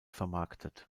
vermarktet